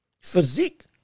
physique